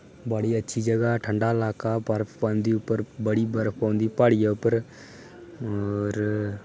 बड़ी अच्छी जगह ठंडा लाका बर्फ पौंदी उप्पर बड़ी बर्फ पौंदी प्हाड़िये उप्पर और